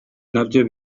nabyo